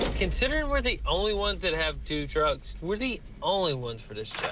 considering we're the only ones that have two trucks, we're the only ones for this